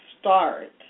start